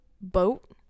boat